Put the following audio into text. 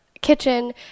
kitchen